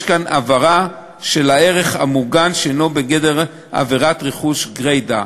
יש כאן הבהרה של הערך המוגן שאינו בגדר עבירת רכוש גרידא.